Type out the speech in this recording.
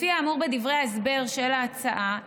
לפי האמור בדברי ההסבר של ההצעה,